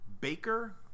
Baker